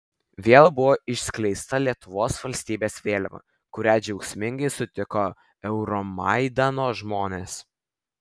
vėl buvo išskleista lietuvos valstybės vėliava kurią džiaugsmingai sutiko euromaidano žmonės